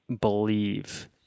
believe